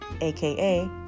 aka